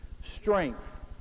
Strength